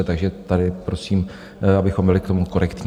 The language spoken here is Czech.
Takže tady prosím, abychom byli k tomu korektní.